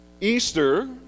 Easter